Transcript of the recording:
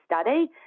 study